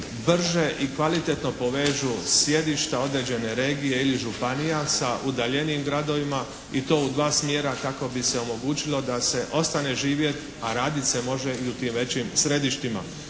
brže i kvalitetno povežu sjedišta određene regije ili županija sa udaljenijim gradovima i to u dva smjera kako bi se omogućilo da se ostane živjeti a raditi se može i u tim većim središtima.